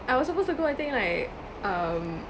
I was supposed to go I think like um